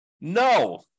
No